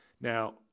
Now